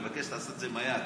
אני מבקש לעשות את זה עם היד: